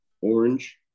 orange